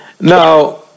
Now